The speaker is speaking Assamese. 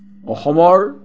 অসমৰ